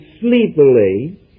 sleepily